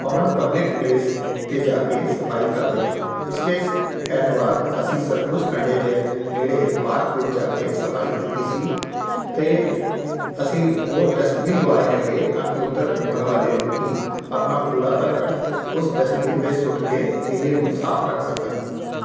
common public place 'ਤੇ ਜਾ ਕੇ ਸਫ਼ਾਈ ਕਰਦੇ ਹਾਂ ਪਿਛਲੇ ਐਤਵਾਰ ਅਸੀਂ ਸਤਲੁਜ ਕੰਢੇ ਦੇ ਨੇੜੇ ਪਾਰਕ ਵਿੱਚ ਜਾ ਕੇ ਸਫ਼ਾਈ ਕੀਤੀ ਸੀ ਅਤੇ ਅਸੀਂ ਹੋਰ ਡਸਟਬਿਨ ਲਗਵਾਏ ਹੈਗੇ ਤਾਂ ਕਿ ਉੱਧਰ ਘੁੰਮਣ ਵਾਲੇ ਲੋਕ ਆਪਣਾ ਕੂੜਾ ਕਰਕਟ ਉਸ ਡਸਟਬਿਨ ਵਿੱਚ ਸੁੱਟ ਕੇ ਏਰੀਏ ਨੂੰ ਸਾਫ਼ ਰੱਖ ਸਕਣ